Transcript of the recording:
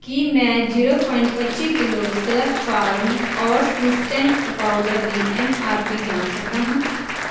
ਕੀ ਮੈਂ zero point ਪੱਚੀ kilo Slurrp Farm oats instant powder ਦੀ ਐੱਮ ਆਰ ਪੀ ਜਾਣ ਸਕਦਾ ਹਾਂ